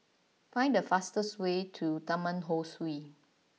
find the fastest way to Taman Ho Swee